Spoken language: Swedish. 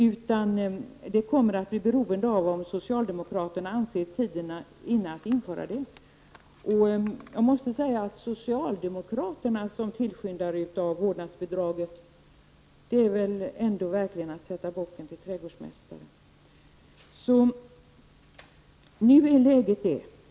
Avgörande här kommer också att vara om socialdemokraterna anser tiden vara inne för en sådan åtgärd. Men att se socialdemokraterna som tillskyndare av vårdnadsbidrag är väl ändå att sätta bocken till trädgårdsmästare.